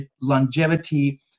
longevity